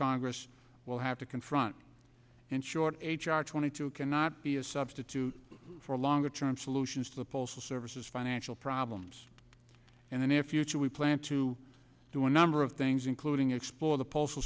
congress will have to confront and short h r twenty two cannot be a substitute for longer term solutions to the postal services financial problems and the near future we plan to do a number of things including explore the postal